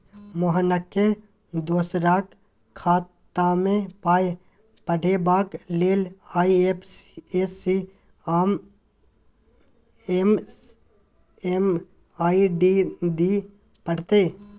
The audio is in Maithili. मोहनकेँ दोसराक खातामे पाय पठेबाक लेल आई.एफ.एस.सी आ एम.एम.आई.डी दिअ पड़तै